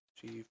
Chief